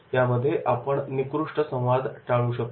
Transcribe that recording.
यामध्ये आपण निकृष्ट संवाद टाळू शकतो